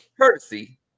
courtesy